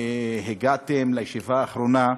הגעתם לישיבה האחרונה,